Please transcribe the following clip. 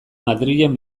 madrilen